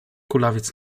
kulawiec